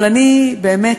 אבל אני באמת